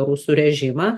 rusų režimą